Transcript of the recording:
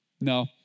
No